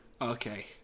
Okay